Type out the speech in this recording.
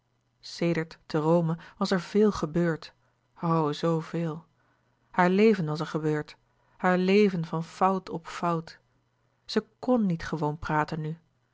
te rome was er veel gebeurd o zoo veel haar leven was er gebeurd haar leven van fout op fout zij kn niet gewoon praten nu